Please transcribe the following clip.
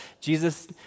Jesus